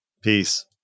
Peace